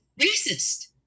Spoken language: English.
racist